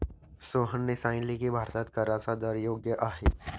सोहनने सांगितले की, भारतात कराचा दर योग्य आहे